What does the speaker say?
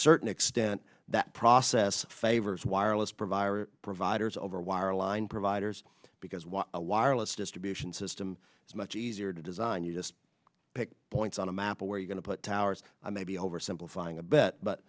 certain extent that process favors wireless provide providers over wire line providers because while a wireless distribution system is much easier to design you just pick points on a map where you going to put towers i may be oversimplifying a bet but